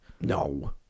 No